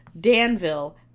Danville